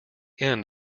end